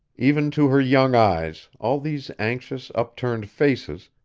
even to her young eyes all these anxious, upturned faces,